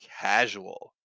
casual